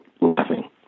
Laughing